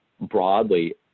broadly